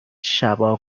شبا